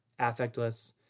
affectless